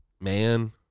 man